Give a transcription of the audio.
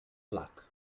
vlak